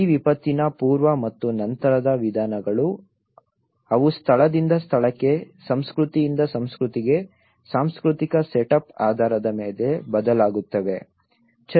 ಈ ವಿಪತ್ತಿನ ಪೂರ್ವ ಮತ್ತು ನಂತರದ ವಿಧಾನಗಳು ಅವು ಸ್ಥಳದಿಂದ ಸ್ಥಳಕ್ಕೆ ಸಂಸ್ಕೃತಿಯಿಂದ ಸಂಸ್ಕೃತಿಗೆ ಸಾಂಸ್ಕೃತಿಕ ಸೆಟಪ್ ಆಧಾರದ ಮೇಲೆ ಬದಲಾಗುತ್ತವೆ